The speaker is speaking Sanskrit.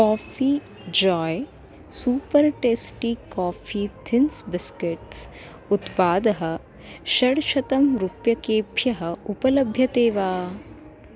coffee joy super tasty coffee thins biscuits उत्पादः षड्शतं रूप्यकेभ्यः उपलभ्यते वा